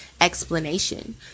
explanation